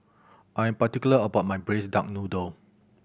I'm particular about my Braised Duck Noodle